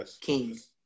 Kings